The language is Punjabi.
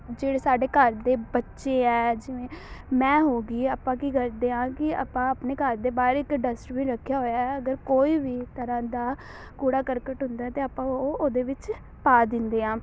ਜਿਹੜੇ ਸਾਡੇ ਘਰ ਦੇ ਬੱਚੇ ਹੈ ਜਿਵੇਂ ਮੈਂ ਹੋ ਗਈ ਆਪਾਂ ਕੀ ਕਰਦੇ ਹਾਂ ਕਿ ਆਪਾਂ ਆਪਣੇ ਘਰ ਦੇ ਬਾਹਰ ਇੱਕ ਡਸਟਬਿਨ ਵੀ ਰੱਖਿਆ ਹੋਇਆ ਅਗਰ ਕੋਈ ਵੀ ਤਰ੍ਹਾਂ ਦਾ ਕੂੜਾ ਕਰਕਟ ਹੁੰਦਾ ਤਾਂ ਆਪਾਂ ਉਹ ਉਹਦੇ ਵਿੱਚ ਪਾ ਦਿੰਦੇ ਹਾਂ